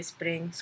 Spring